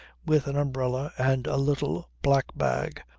with an umbrella and a little black bag,